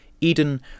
Eden